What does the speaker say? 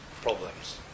problems